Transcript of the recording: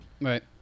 Right